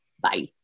Bye